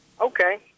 Okay